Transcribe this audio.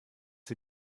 sie